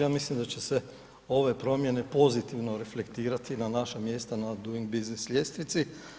Ja mislim da će se ove promjene pozitivno reflektirati na naša mjesta na Doing Business ljestvici.